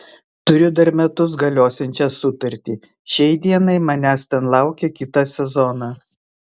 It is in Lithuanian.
turiu dar metus galiosiančią sutartį šiai dienai manęs ten laukia kitą sezoną